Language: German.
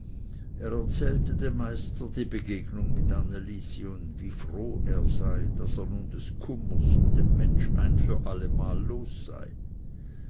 er erzählte dem meister die begegnung mit anne lisi und wie er froh sei daß er nun des kummers und dem mensch ein für alle male los sei